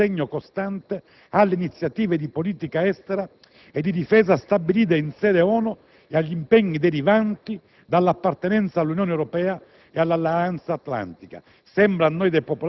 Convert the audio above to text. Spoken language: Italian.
nonché al sostegno costante alle iniziative di politica estera e di difesa stabilite in sede ONU e agli impegni derivanti dall'appartenenza all'Unione Europea e all'Alleanza Atlantica,